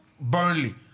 Burnley